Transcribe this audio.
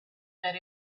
that